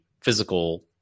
physical